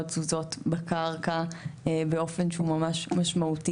תנודות בקרקע באופן שהוא ממש משמעותי